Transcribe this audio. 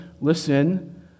listen